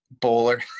bowler